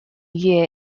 year